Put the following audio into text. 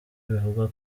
bivugwa